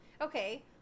Okay